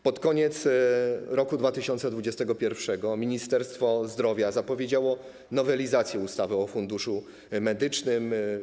Pod koniec roku 2021 Ministerstwo Zdrowia zapowiedziało nowelizację ustawy o Funduszu Medycznym.